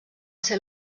ser